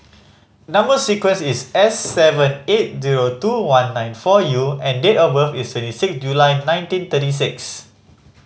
number sequence is S seven eight zero two one nine four U and date of birth is twenty six July nineteen thirty six